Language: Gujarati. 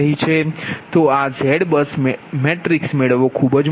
તો આ ZBUS મેળવવો મુશ્કેલ છે